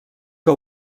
que